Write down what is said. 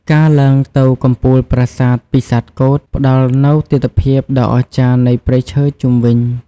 ការឡើងទៅលើកំពូលប្រាសាទពិសាទកូដផ្តល់នូវទិដ្ឋភាពដ៏អស្ចារ្យនៃព្រៃឈើជុំវិញ។